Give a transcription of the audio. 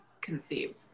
conceive